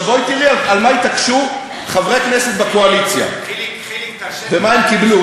בואי תראי על מה התעקשו חברי כנסת בקואליציה ומה הם קיבלו.